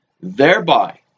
thereby